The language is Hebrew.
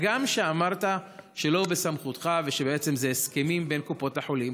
הגם שאמרת שזה לא בסמכותך ושבעצם אלה הסכמים בין קופות החולים?